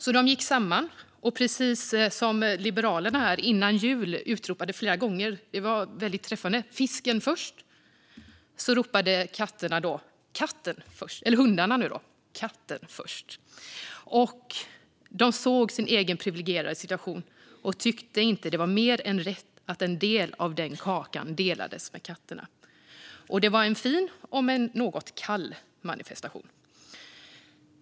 Så de gick samman, och precis som Liberalerna före jul flera gånger, väldigt träffande, utropade "Fisken först" ropade hundarna "Katten först". De såg sin egen priviligierade situation och tyckte inte att det var mer än rätt att en del av den kakan delades med katterna. Det var en fin om än något kall manifestation.